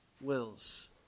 wills